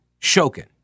Shokin